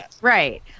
Right